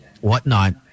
Whatnot